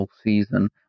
season